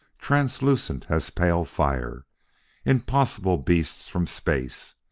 translucent as pale fire impossible beasts from space.